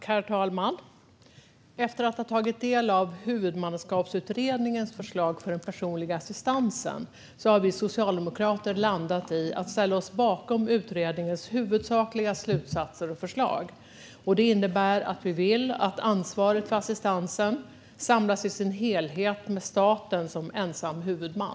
Herr talman! Efter att ha tagit del av Huvudmannaskapsutredningens förslag för den personliga assistansen har vi socialdemokrater landat i att ställa oss bakom utredningens huvudsakliga slutsatser och förslag. Det innebär att vi vill att ansvaret för assistansen samlas i sin helhet med staten som ensam huvudman.